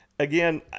Again